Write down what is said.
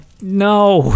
no